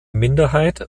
minderheit